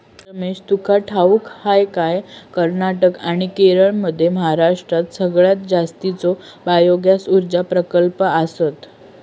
रमेश, तुका ठाऊक हा काय, कर्नाटक आणि केरळमध्ये महाराष्ट्रात सगळ्यात जास्तीचे बायोगॅस ऊर्जा प्रकल्प आसत